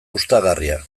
gustagarria